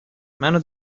منو